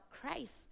Christ